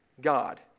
God